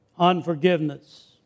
Unforgiveness